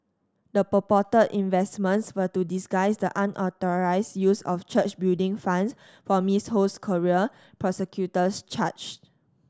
the purported investments were to disguise the unauthorised use of church building funds for Miss Ho's career prosecutors charge